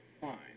fine